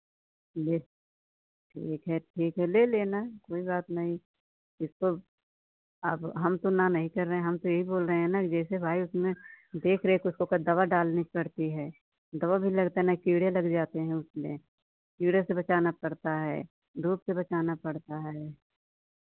ये एक है ठीक है ले लेना कोई बात नहीं इसको अब हम तो ना नहीं कर रहें हैं हम तो यही बोल रहें हैं ना जैसे भाई उसमें देख रेख उसको दवा डालनी पड़ती है दवा भी लगता ना कीड़े लग जाते हैं उसमें कीड़े से बचाना पड़ता है धूप से बचाना पड़ता है